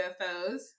UFOs